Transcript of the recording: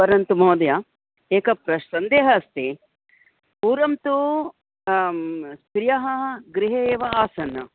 परन्तु महोदय एकः प्र सन्देहः अस्ति पूर्वं तु स्त्रियः गृहे एव आसन्